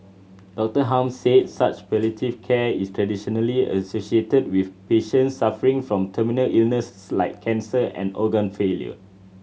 Dr Hum said such palliative care is traditionally associated with patients suffering from terminal illnesses like cancer and organ failure